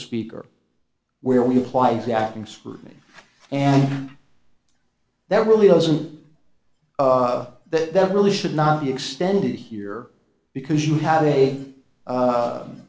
speaker where we apply the acting scrutiny and that really doesn't that that really should not be extended here because you have a